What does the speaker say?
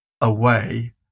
away